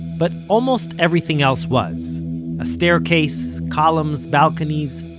but almost everything else was a staircase, columns, balconies,